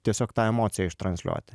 tiesiog tą emociją ištransliuoti